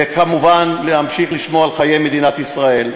וכמובן, להמשיך לשמור על חיי מדינת ישראל.